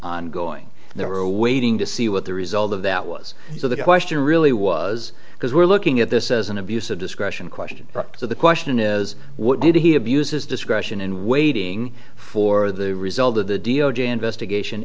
ongoing they were waiting to see what the result of that was so the question really was because we're looking at this as an abuse of discretion question so the question is what did he abused his discretion in waiting for the result of the d o j investigation